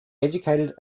educated